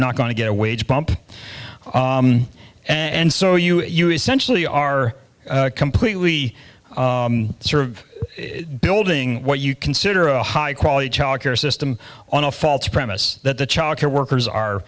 not going to get a wage bump and so you you essentially are completely sort of building what you consider a high quality childcare system on a faulty premise that the childcare workers are